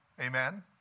Amen